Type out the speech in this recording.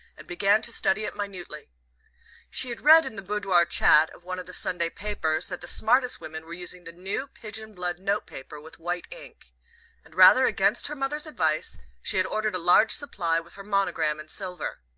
and began to study it minutely. she had read in the boudoir chat of one of the sunday papers that the smartest women were using the new pigeon-blood notepaper with white ink and rather against her mother's advice she had ordered a large supply, with her monogram in silver.